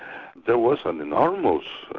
there was an enormous,